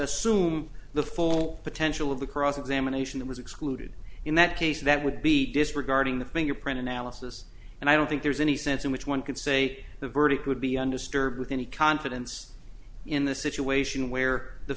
assume the full potential of the cross examination that was excluded in that case that would be disregarding the fingerprint analysis and i don't think there's any sense in which one could say the verdict would be undisturbed with any confidence in the situation where the